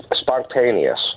spontaneous